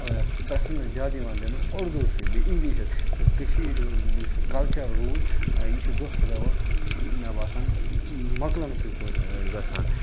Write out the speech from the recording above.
یَتھ پرٛٮ۪فرَنٕس زیادٕ یِوان دِنہٕ اُردوسٕے بیٚیہِ اِنٛگلِشَس تہٕ کٔشیٖرِ ہُنٛد یُس یہِ کَلچَر روٗز یہِ چھُ دۄہ کھۄ دۄہ وۄنۍ مےٚ باسان مَکلَنسٕے کُن گَژھان